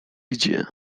gdzie